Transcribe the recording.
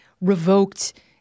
revoked